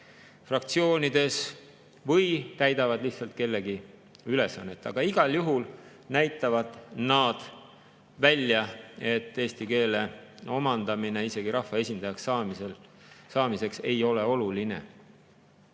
fraktsioonides või täidavad lihtsalt kellegi ülesannet. Aga igal juhul näitavad nad välja, et eesti keele omandamine isegi rahvaesindajaks saamiseks ei ole oluline.